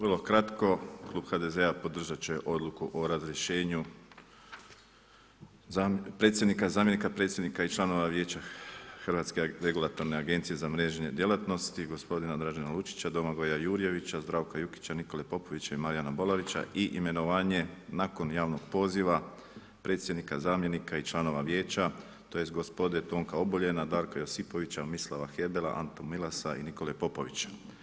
Vrlo kratko, Klub HDZ-a podržati će odluku o razrješenju predsjednika, zamjenika predsjednika i članova vijeća Hrvatske regulativne agencije za mrežne djelatnosti, gospodina Držena Lučića, Domagoja Jurjevića, Zdravka Jukića, Nikole Popovića i Marijana Bolarića i imenovanje nakon javnog poziva predsjednika, zamjenika predsjednika i članova vijeća, tj. gospodina Tonka Oboljena, Darka Josipovića, Mislava Hedela, Antuna Milusa i Nikole Popovića.